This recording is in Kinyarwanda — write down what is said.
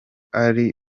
bari